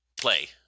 play